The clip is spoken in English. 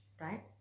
right